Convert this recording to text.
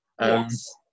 Yes